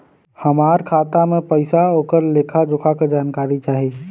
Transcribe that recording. हमार खाता में पैसा ओकर लेखा जोखा के जानकारी चाही?